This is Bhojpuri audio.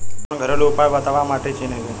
कवनो घरेलू उपाय बताया माटी चिन्हे के?